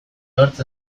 hortz